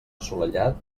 assolellat